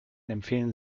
empfehlen